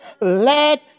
let